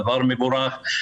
דבר מבורך,